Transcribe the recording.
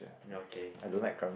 ya okay ya